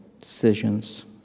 decisions